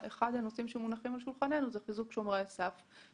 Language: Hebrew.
אחד הנושאים שמונחים על שולחננו הוא חיזוק שומרי הסף.